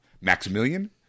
Maximilian